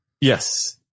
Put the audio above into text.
Yes